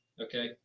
okay